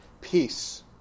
Peace